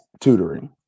tutoring